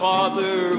Father